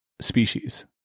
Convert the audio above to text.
species